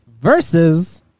Versus